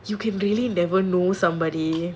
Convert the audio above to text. you can really never know somebody